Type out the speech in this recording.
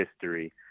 history